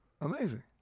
Amazing